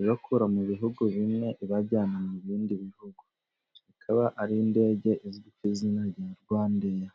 ibakura mu bihugu bimwe ibaryana mu bindi bihugu, ikaba ari indege izwi ku izina rya rwandeya.